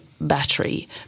battery